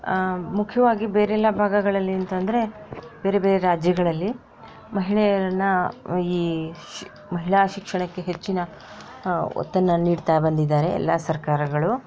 ಮುಖ್ಯವಾಗಿ ಬೇರೆಲ್ಲ ಭಾಗಗಳಲ್ಲಿ ಅಂತಂದರೆ ಬೇರೆ ಬೇರೆ ರಾಜ್ಯಗಳಲ್ಲಿ ಮಹಿಳೆಯರನ್ನು ಈ ಶ್ ಮಹಿಳಾ ಶಿಕ್ಷಣಕ್ಕೆ ಹೆಚ್ಚಿನ ಒತ್ತನ್ನು ನೀಡ್ತಾ ಬಂದಿದ್ದಾರೆ ಎಲ್ಲ ಸರ್ಕಾರಗಳು